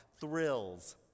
thrills